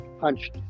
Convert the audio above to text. punched